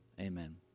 Amen